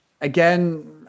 Again